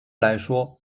来说